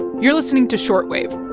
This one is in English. you're listening to short wave